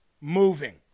moving